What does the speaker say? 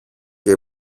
και